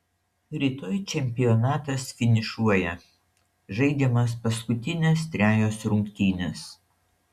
rytoj čempionatas finišuoja žaidžiamos paskutinės trejos rungtynės